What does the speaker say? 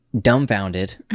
dumbfounded